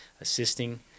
assisting